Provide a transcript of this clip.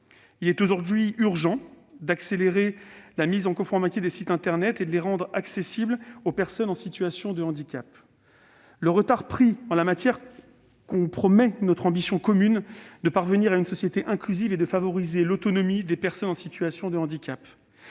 Il est aujourd'hui urgent d'accélérer la mise en conformité des sites internet pour les rendre accessibles aux personnes en situation de handicap. Le retard pris en la matière compromet notre ambition commune de parvenir à une société inclusive et de favoriser l'autonomie des personnes en situation de handicap.